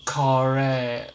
correct